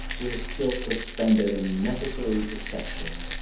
we're still suspended in necessary deception.